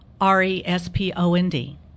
r-e-s-p-o-n-d